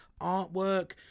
artwork